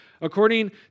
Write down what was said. According